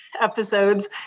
episodes